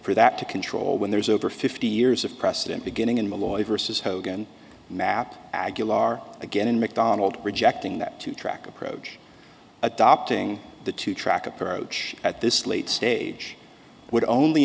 for that to control when there's over fifty years of precedent beginning in malloy versus hogan map aguilar again in mcdonald rejecting that two track approach adopting the two track approach at this late stage would only